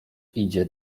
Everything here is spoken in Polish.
idzie